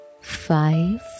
five